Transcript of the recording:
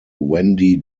wendy